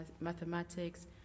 mathematics